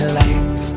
life